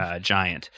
giant